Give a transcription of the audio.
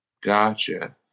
Gotcha